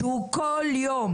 שהוא כל יום,